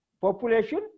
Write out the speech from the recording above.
population